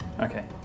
Okay